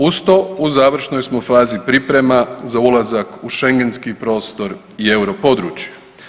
Uz to u završnoj smo fazi priprema za ulazak u Schengenski prostor i europodručje.